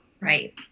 Right